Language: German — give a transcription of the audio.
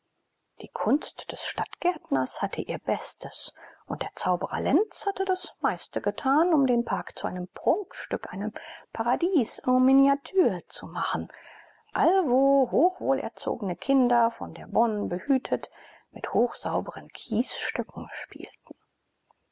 die kunst des stadtgärtners hatte ihr bestes und der zauberer lenz hatte das meiste getan um den park zu einem prunkstück einem paradies en miniature zu machen allwo hochwohlerzogene kinder von der bonne behütet mit hochsauberen kiesstücken spielten